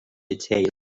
detail